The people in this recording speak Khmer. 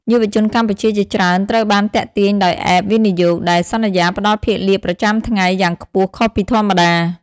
យុវជនកម្ពុជាជាច្រើនត្រូវបានទាក់ទាញដោយ "App វិនិយោគ" ដែលសន្យាផ្តល់ភាគលាភប្រចាំថ្ងៃយ៉ាងខ្ពស់ខុសពីធម្មតា។